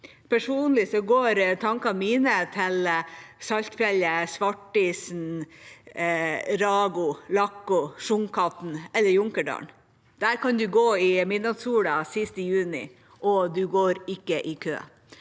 Personlig går tankene mine til Saltfjellet-Svartisen, Rago, Láhko, Sjunkhatten eller Junkerdal. Der kan man gå i midnattssola sist i juni, og man går ikke i kø.